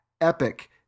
Epic